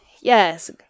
yes